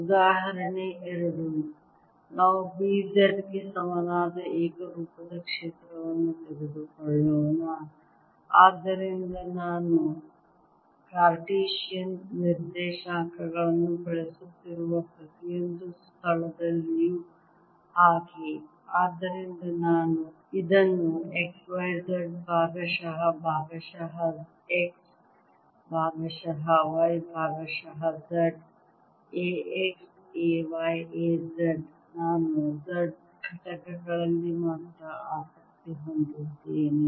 ಉದಾಹರಣೆ 2 ನಾವು B z ಗೆ ಸಮನಾದ ಏಕರೂಪದ ಕ್ಷೇತ್ರವನ್ನು ತೆಗೆದುಕೊಳ್ಳೋಣ ಆದ್ದರಿಂದ ನಾನು ಕಾರ್ಟೇಶಿಯನ್ ನಿರ್ದೇಶಾಂಕಗಳನ್ನು ಬಳಸುತ್ತಿರುವ ಪ್ರತಿಯೊಂದು ಸ್ಥಳದಲ್ಲೂ ಹಾಗೆ ಆದ್ದರಿಂದ ನಾನು ಇದನ್ನು x y z ಭಾಗಶಃ ಭಾಗಶಃ x ಭಾಗಶಃ y ಭಾಗಶಃ z A x A y A z ನಾನು z ಘಟಕಗಳಲ್ಲಿ ಮಾತ್ರ ಆಸಕ್ತಿ ಹೊಂದಿದ್ದೇನೆ